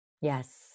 Yes